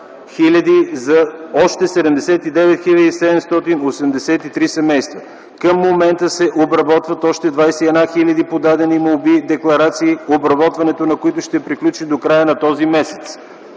хил. за още 79 хил. 783 семейства. Към момента се обработват още 21 хиляди подадени молби-декларации, обработването на които ще приключи до края на този месец.